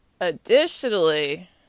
Additionally